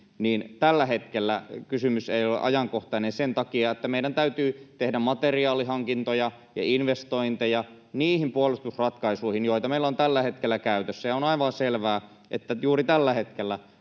niin tällä hetkellä kysymys ei ole ajankohtainen sen takia, että meidän täytyy tehdä materiaalihankintoja ja investointeja niihin puolustusratkaisuihin, joita meillä on tällä hetkellä käytössä, ja on aivan selvää, että juuri tällä hetkellä